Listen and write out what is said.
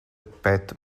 pat